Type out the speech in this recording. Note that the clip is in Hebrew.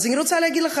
אז אני רוצה להגיד לך,